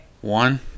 one